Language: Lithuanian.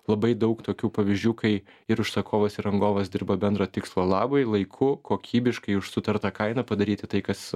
labai daug tokių pavyzdžių kai ir užsakovas ir rangovas dirba bendro tikslo labui laiku kokybiškai už sutartą kainą padaryti tai kas